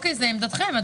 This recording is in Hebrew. זו עמדתכם.